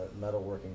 metalworking